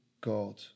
God